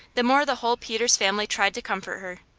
the more the whole peters family tried to comfort her.